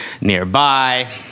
nearby